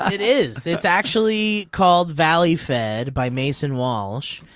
it is. it's actually called valleyfed by mason walsh.